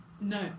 no